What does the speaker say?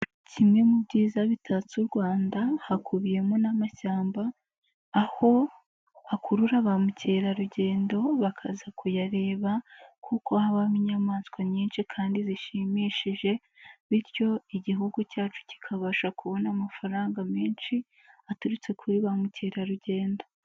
Kimwe mu byiza bitatse u Rwanda hakubiyemo n'amashyamba, aho hakurura ba mukerarugendo bakaza kuyareba ,kuko habamo inyamaswa nyinshi kandi zishimishije, bityo igihugu cyacu kikabasha kubona amafaranga menshi, aturutse kuri ba mukerarugendo.